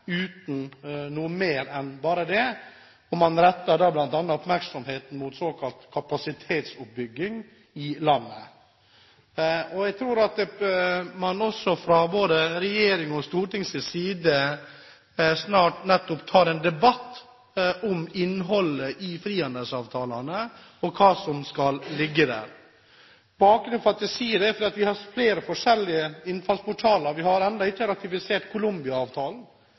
uten noe mer enn bare det, og man retter da bl.a. oppmerksomheten mot såkalt kapasitetsoppbygging i landet. Jeg tror at man også fra både regjeringen og Stortingets side snart bør ta en debatt om innholdet i frihandelsavtalene og hva som skal ligge der. Bakgrunnen for at jeg sier dette, er at vi har flere forskjellige innfallsportaler. Vi har